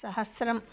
सहस्रम्